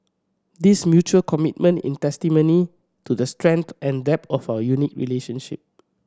this mutual commitment in testimony to the strength and depth of our unique relationship